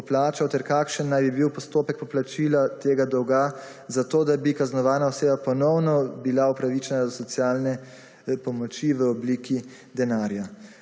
poplačal ter kakšen naj bi bil postopek poplačila tega dolga zato da bi kaznovana oseba ponovno bila upravičena do socialne pomoči v obliki denarja.